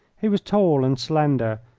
he was tall and slender,